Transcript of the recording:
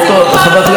חברת הכנסת זנדברג,